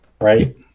Right